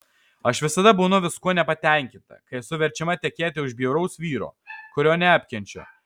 aš visada būnu viskuo nepatenkinta kai esu verčiama tekėti už bjauraus vyro kurio neapkenčiu